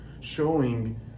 showing